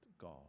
God